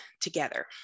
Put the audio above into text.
together